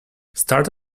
start